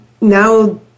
Now